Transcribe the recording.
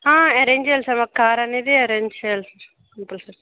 arrange చేయాలి sir మాకు car అనేది అరేంజ్ చేయాలి కంపల్సరీ